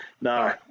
No